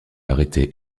arrêté